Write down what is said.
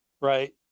right